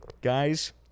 guys